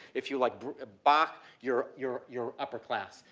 if you like bach, you're, you're, you're upper class.